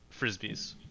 frisbees